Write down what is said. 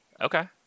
Okay